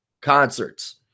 concerts